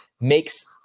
makes